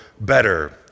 better